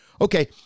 Okay